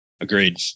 Agreed